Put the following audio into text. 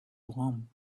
warm